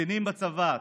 קצינים בצבא,